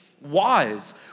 wise